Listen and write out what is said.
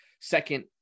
second